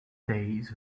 days